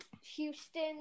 Houston